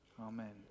Amen